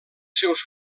seus